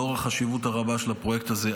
לאור החשיבות הרבה של הפרויקט הזה,